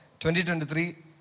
2023